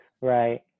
right